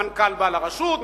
המנכ"ל בא לרשות,